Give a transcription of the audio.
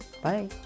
Bye